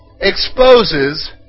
exposes